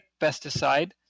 pesticide